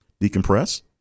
decompress